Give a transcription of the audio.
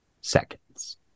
seconds